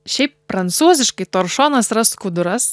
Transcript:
šiaip prancūziškai toršonas yra skuduras